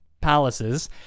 palaces